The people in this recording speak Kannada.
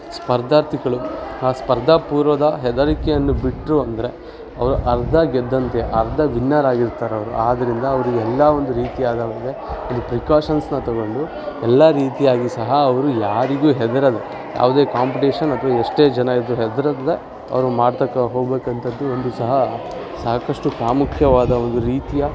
ಸ್ಪರ್ಧಾರ್ಥಿಗಳು ಆ ಸ್ಪರ್ಧಾಪೂರ್ವದ ಹೆದರಿಕೆಯನ್ನು ಬಿಟ್ರೆ ಅಂದರೆ ಅವರು ಅರ್ಧ ಗೆದ್ದಂತೆಯೆ ಅರ್ಧ ವಿನ್ನರ್ ಆಗಿರ್ತಾರೆ ಅವರು ಆದ್ದರಿಂದ ಅವರು ಎಲ್ಲ ಒಂದು ರೀತಿಯಾದ ಅವ್ರಿಗೆ ಒಂದು ಪ್ರಿಕಾಷನ್ಸ್ನ ತೊಗೊಂಡು ಎಲ್ಲ ರೀತಿಯಾಗಿ ಸಹ ಅವರು ಯಾರಿಗೂ ಹೆದರದೆ ಯಾವುದೇ ಕಾಂಪ್ಟೇಷನ್ ಅಥವಾ ಎಷ್ಟೇ ಜನ ಇದ್ರೂ ಹೆದ್ರದೇ ಅವರು ಮಾಡತಕ್ಕ ಹೋಗಬೇಕಂಥದ್ದು ಒಂದು ಸಹ ಸಾಕಷ್ಟು ಪ್ರಾಮುಖ್ಯವಾದ ಒಂದು ರೀತಿಯ